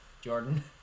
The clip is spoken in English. Jordan